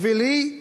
בשבילי,